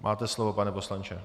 Máte slovo, pane poslanče.